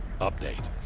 update